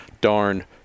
darn